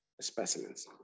specimens